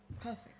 Perfect